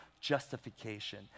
justification